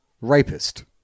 rapist